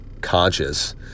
conscious